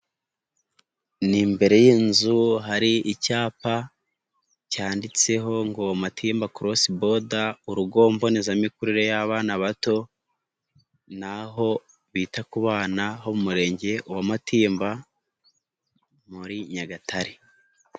Ni imbere y'inzu hari icyapa cyanditseho ngo Matimba korosi boda urugo mbonezamikurire y'abana bato ni Aho bita ku bana ho murenge wa Matimba muri Nyagatare.